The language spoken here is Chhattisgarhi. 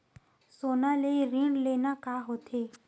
सोना ले ऋण लेना का होथे?